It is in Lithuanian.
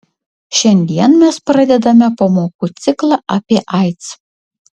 šiandien mes pradedame pamokų ciklą apie aids